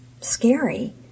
scary